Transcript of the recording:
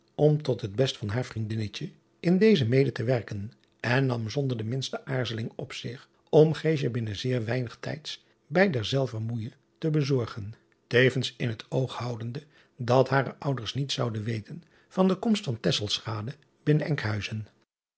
om tot het best van haar vriendinnetje in dezen mede te werken en nam zonder de minste aarzeling op zich om binnen zeer weinig tijds bij derzelver moeije te bezorgen tevens in het oog houdende dat hare ouders niets zouden weten van de komst van binnen nkhuizen